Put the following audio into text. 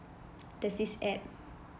there's this app